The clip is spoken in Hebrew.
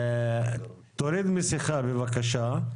תוריד את המסכה בבקשה,